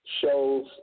shows